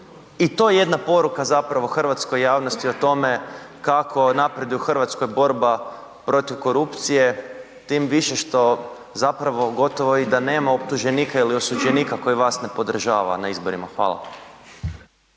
i to jedna poruka zapravo hrvatskoj javnosti o tome kako napreduje u RH borba protiv korupcije, tim više što zapravo gotovo i da nema optuženika ili osuđenika koji vas ne podržava na izborima? Hvala.